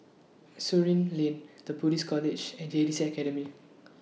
Surin Lane The Buddhist College and J T C Academy